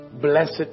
blessed